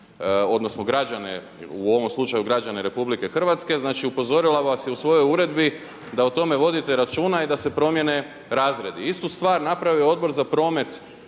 odnosno građane, u ovom slučaju građane RH. Znači upozorila vas je u svojoj uredbi da o tome vodite računa i da se promjene razredi. Istu stvar napravio je Odbor za promet,